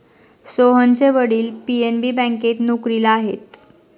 सोहनचे वडील पी.एन.बी बँकेत नोकरीला आहेत